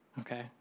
Okay